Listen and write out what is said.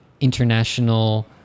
international